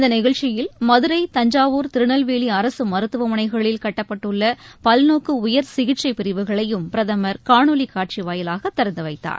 இந்த நிகழ்ச்சியில் மதுரை தஞ்சாவூர் திருநெல்வேலி அரசு மருத்துவமனைகளில் கட்டப்பட்டுள்ள பல்நோக்கு உயர் சிகிச்சைப் பிரிவுகளையும் பிரதமர் காணொலிக் காட்சி வாயிலாக திறந்து வைத்தார்